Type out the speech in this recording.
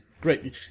great